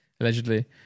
Allegedly